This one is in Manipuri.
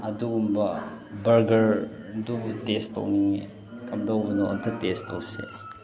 ꯑꯗꯨꯒꯨꯝꯕ ꯕꯔꯒꯔ ꯑꯗꯨ ꯇꯦꯁ ꯇꯧꯅꯤꯡꯉꯤ ꯀꯝꯗꯧꯕꯅꯣ ꯑꯝꯇ ꯇꯦꯁ ꯇꯧꯁꯦ